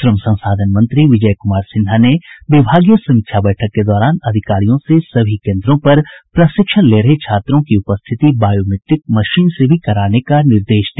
श्रम संसाधन मंत्री विजय कुमार सिन्हा ने विभागीय समीक्षा बैठक के दौरान अधिकारियों से सभी केन्द्रों पर प्रशिक्षण ले रहे छात्रों की उपस्थिति बायोमीट्रिक मशीन से भी कराने का निर्देश दिया